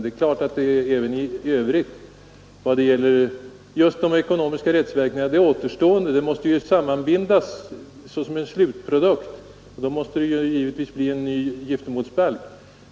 Det är väl klart att när det gäller just de ekonomiska rättsverkningarna och även i övrigt så måste resultatet av reformarbetet sammanbindas till ett slags slutprodukt, och då måste det givetvis bli en ny giftermålsbalk.